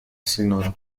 σύνορα